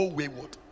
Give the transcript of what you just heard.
wayward